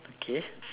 okay